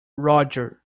roger